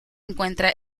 encuentra